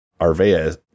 Arvea